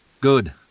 Good